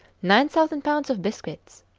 nine thousand pounds of biscuits.